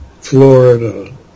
Florida